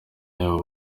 y’aba